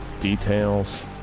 details